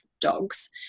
dogs